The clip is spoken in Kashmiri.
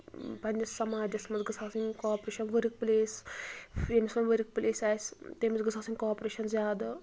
پَنٕنِس سَماجس منٛز گٔژھ آسٕنۍ کاپریشن ؤرٕک پٕلیس ییٚمِس وَن ؤرٕک پِلیٚس آسہِ تٔمِس گٔژھ آسٕنۍ کاپریشن زیادٕ